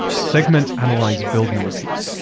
ah segment, analyze, build and repeat.